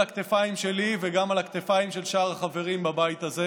הכתפיים שלי וגם על הכתפיים של שאר החברים בבית הזה,